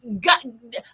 God